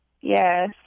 Yes